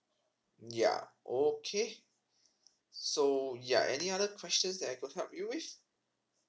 yeah okay so yeah any other questions that I could help you with